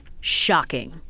shocking